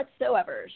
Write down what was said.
whatsoever